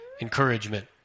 encouragement